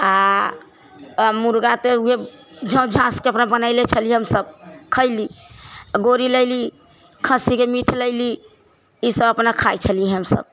आ मुर्गा तऽ ओहे झौस झाँसके अपना बनेैले छलियै हमसभ खैली गोड़ी लेली खस्सीके मीट लैली ई सभ अपना खाइत छलियै हमसभ